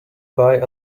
buy